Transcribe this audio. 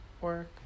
work